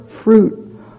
fruit